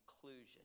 conclusion